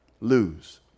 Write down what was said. lose